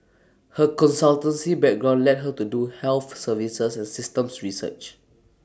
her consultancy background led her to do health services and systems research